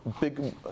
big